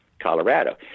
Colorado